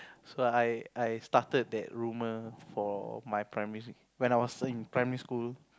so I I started that rumour for my primary when I was in primary school